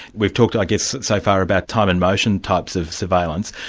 we've talked i guess so far about time and motion types of surveillance,